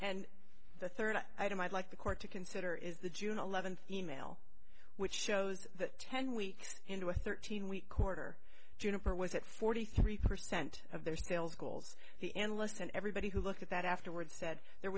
and the third item i'd like the court to consider is the june eleventh email which shows that ten weeks into a thirteen week quarter juniper was at forty three percent of their sales goals he and weston everybody who looked at that afterward said there